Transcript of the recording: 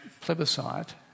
plebiscite